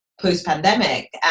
post-pandemic